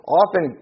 often